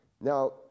Now